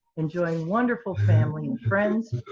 enjoying wonderful family and friends,